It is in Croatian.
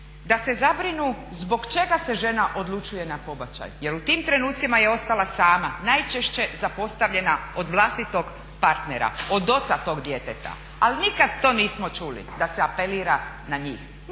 da se zabrinu zbog čega se žena odlučuje na pobačaj. Jer u tim trenucima je ostala sama, najčešće zapostavljena od vlastitog partnera, od oca tog djeteta. Ali nikad to nismo čuli da se apelira na njih,